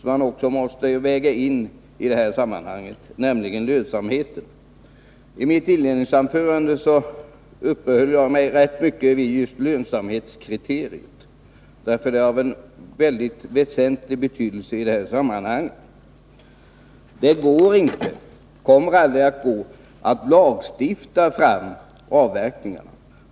som man också måste väga in i sammanhanget, nämligen lönsamheten. I mitt inledningsanförande uppehöll jag mig rätt mycket vid just lönsamhetskriteriet, därför att det har en väsentlig betydelse i sammanhanget. Det kommer aldrig att gå att lagstifta fram avverkningar.